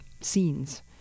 scenes